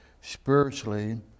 spiritually